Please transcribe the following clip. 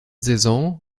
saison